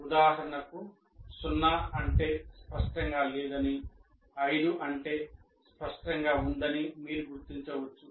ఉదాహరణకు సున్నా అంటే స్పష్టంగా లేదని 5 అంటే స్పష్టంగా ఉందని మీరు గుర్తించవచ్చు